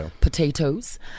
potatoes